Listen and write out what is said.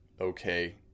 okay